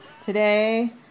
today